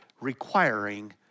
requiring